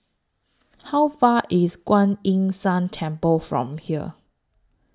How Far IS Kuan Yin San Temple from here